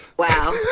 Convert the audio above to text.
Wow